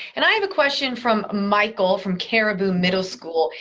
and i have a question from michael from caribum middle school.